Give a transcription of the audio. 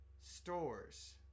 stores